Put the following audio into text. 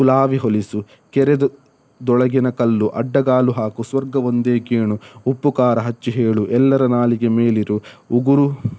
ಕುಲಾವಿ ಹೊಲಿಸು ಕೆರೆದು ಒಳಗಿನ ಕಲ್ಲು ಅಡ್ಡಗಾಲು ಹಾಕು ಸ್ವರ್ಗ ಒಂದೇ ಗೇಣು ಉಪ್ಪು ಖಾರ ಹಚ್ಚಿ ಹೇಳು ಎಲ್ಲರ ನಾಲಿಗೆ ಮೇಲಿರು ಉಗುರು